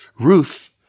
Ruth